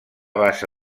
bassa